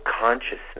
consciousness